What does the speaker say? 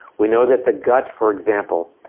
we know that the gut, for example,